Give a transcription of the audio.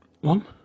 one